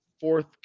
fourth